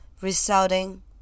Resulting